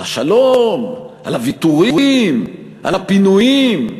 על השלום, על הוויתורים, על הפינויים.